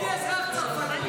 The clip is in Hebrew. הייתי אזרח צרפתי,